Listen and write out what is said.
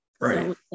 Right